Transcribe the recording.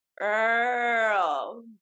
Girl